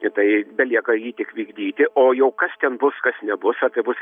tai belieka jį tik vykdyti o jau kas ten bus kas nebus ar tai bus